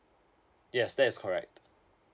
yes that is correct